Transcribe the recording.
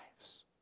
lives